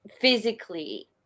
physically